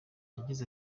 yagize